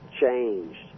changed